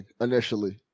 initially